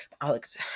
Alex